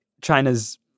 China's